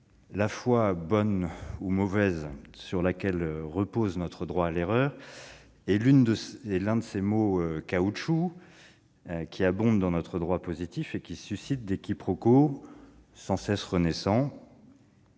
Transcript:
assemblées. La mauvaise foi sur laquelle repose notre droit à l'erreur est l'un de ces mots « caoutchouc » qui abondent dans notre droit positif et qui suscitent des quiproquos sans cesse renaissants